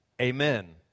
amen